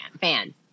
fan